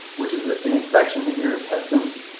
which is an infection in your intestines.